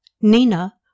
Nina